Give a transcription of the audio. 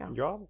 ja